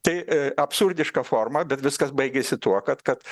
tai absurdiška forma bet viskas baigėsi tuo kad kad